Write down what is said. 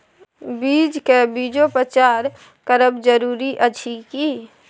बीज के बीजोपचार करब जरूरी अछि की?